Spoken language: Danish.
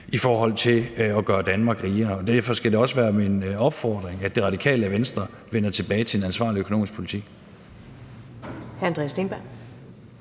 i forhold til at gøre Danmark rigere. Derfor skal det også være min opfordring, at Det Radikale Venstre vender tilbage til en ansvarlig økonomisk politik.